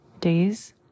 days